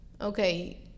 okay